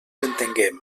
entenguem